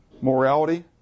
morality